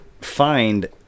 find